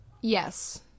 Yes